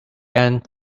end